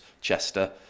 chester